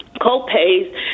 co-pays